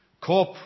cope